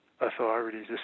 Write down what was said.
authorities